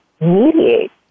mediate